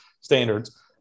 standards